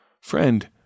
Friend